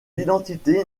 identité